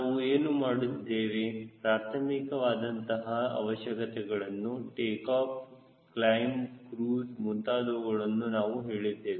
ನಾವು ಏನು ಮಾಡಿದ್ದೇವೆ ಪ್ರಾರ್ಥಮಿಕವಾದಂತಹ ಅವಶ್ಯಕತೆಗಳನ್ನು ಟೇಕಾಫ್ ಕ್ಲೈಮ್ ಕ್ರೂಜ್ ಮುಂತಾದವುಗಳನ್ನು ನಾವು ಹೇಳಿದ್ದೇವೆ